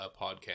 podcast